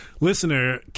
Listener